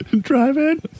driving